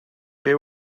byw